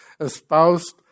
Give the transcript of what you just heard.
espoused